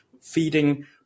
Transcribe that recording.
feeding